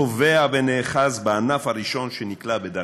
טובע ונאחז בענף הראשון שנקלע בדרכך.